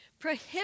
Prohibit